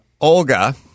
Olga